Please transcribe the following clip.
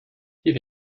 hier